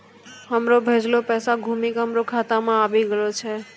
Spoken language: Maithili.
हमरो भेजलो पैसा घुमि के हमरे खाता मे आबि गेलो छै